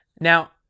now